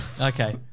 Okay